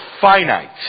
finite